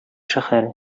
шәһәре